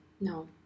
No